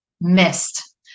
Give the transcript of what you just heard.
missed